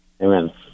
Amen